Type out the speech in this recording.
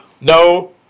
No